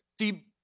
See